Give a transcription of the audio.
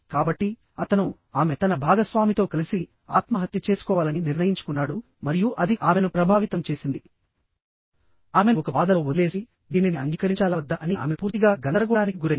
కాబట్టిఅతను ఆమె తన భాగస్వామితో కలిసి ఆత్మహత్య చేసుకోవాలని నిర్ణయించుకున్నాడు మరియు అది ఆమెను ప్రభావితం చేసింది ఆమెను ఒక బాధలో వదిలేసి దీనిని అంగీకరించాలా వద్దా అని ఆమె పూర్తిగా గందరగోళానికి గురైంది